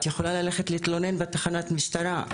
את יכולה ללכת להתלונן בתחנת משטרה,